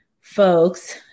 folks